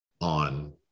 on